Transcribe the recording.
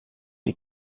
die